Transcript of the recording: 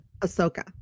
Ahsoka